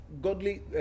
godly